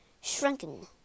Shrunken